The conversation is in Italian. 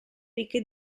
ricche